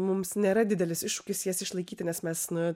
mums nėra didelis iššūkis jas išlaikyti nes mes na